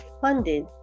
funded